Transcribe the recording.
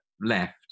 left